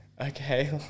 okay